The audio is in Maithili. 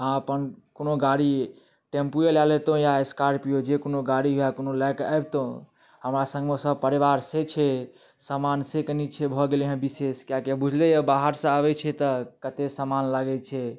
आ अपन कोनो गाड़ी टेम्पूए लए लेतहुँ या स्कार्पियो जे कोनो गाड़ी हुए कोनो लएके अबितहुँ हमरा सङ्गमे सब परिवार से छै समान से कनि छै भऽ गेलै हँ विशेष किएकि बुझलेअइ बाहरसँ अबैत छी तऽ कतेक समान लागैत छै